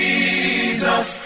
Jesus